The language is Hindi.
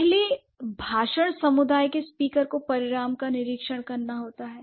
पहले भाषण समुदाय के स्पीकर को परिणाम का निरीक्षण करना होता है